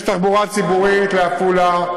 יש תחבורה ציבורית לעפולה.